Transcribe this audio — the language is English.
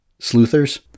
sleuthers